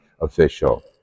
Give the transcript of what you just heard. official